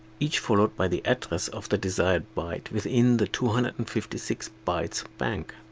each followed by the address of the desired byte within the two hundred and fifty six bytes bank.